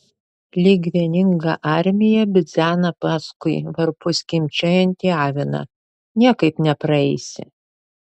lyg vieninga armija bidzena paskui varpu skimbčiojantį aviną niekaip nepraeisi